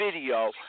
video